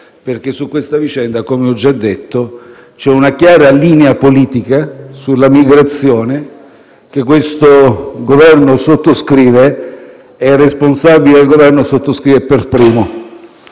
perché su questa vicenda - come ho già detto - c'è una chiara linea politica in tema di migrazione che questo Governo sottoscrive e il responsabile dell'Esecutivo sottoscrive per primo.